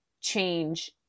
change